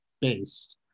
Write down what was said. based